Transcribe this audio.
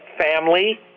family